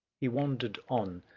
he wandered on,